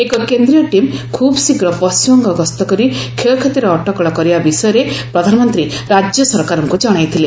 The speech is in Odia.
ଏକ କେନ୍ଦ୍ରୀୟ ଟିମ୍ ଖୁବ୍ ଶୀଘ୍ର ପଣ୍ଟିମବଙ୍ଗ ଗସ୍ତ କରି କ୍ଷୟକ୍ଷତିର ଅଟକଳ କରିବା ବିଷୟରେ ପ୍ରଧାନମନ୍ତ୍ରୀ ରାଜ୍ୟ ସରକାରଙ୍କୁ ଜଣାଇଥିଲେ